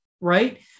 right